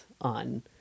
on